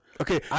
Okay